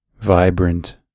vibrant